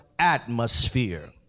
atmosphere